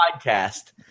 podcast